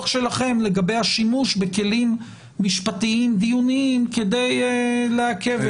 שלכם לגבי השימוש בכלים משפטים דיוניים כדי לעכב את התהליך.